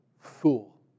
fool